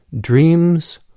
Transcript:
dreams